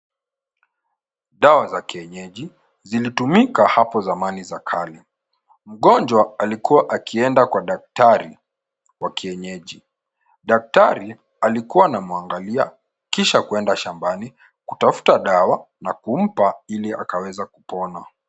Dawa za kienyeji zilitumika hapo zamani za kale. Mgonjwa alikua akienda kwa daktari wa kienyeji. Daktari alikua anamwaangalia kisha kuenda shambani kutafta dawa na kumpa ili akaweza kupona.